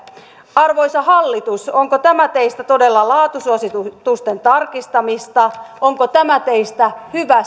arvoisa hallitus onko tämä teistä todella laatusuositusten tarkistamista onko tämä teistä hyvä